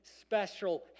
special